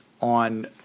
On